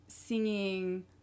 singing